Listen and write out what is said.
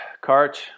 Cart